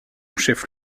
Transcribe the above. chef